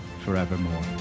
forevermore